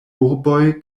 urboj